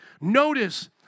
notice